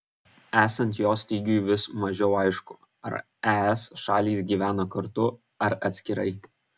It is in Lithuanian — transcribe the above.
esant jo stygiui vis mažiau aišku ar es šalys gyvena kartu ar atskirai